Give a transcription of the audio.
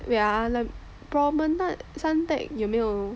wait ah Promenade Suntec 有没有